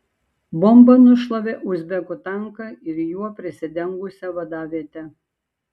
bomba nušlavė uzbekų tanką ir juo prisidengusią vadavietę